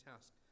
task